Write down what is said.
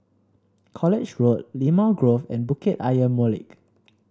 College Road Limau Grove and Bukit Ayer Molek